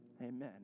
Amen